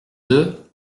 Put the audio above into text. deux